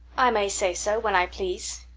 i may say so, when i please.